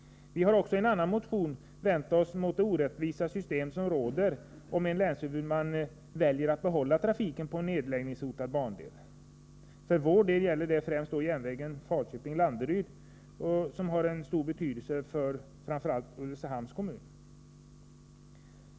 Vi har också i en annan motion vänt oss mot det orättvisa system som råder i fall där en länshuvudman väljer att behålla trafiken på en nedläggningshotad bandel. För vår del gäller det främst järnvägen Falköping-Landeryd, som har stor betydelse för framför allt Ulricehamns kommun.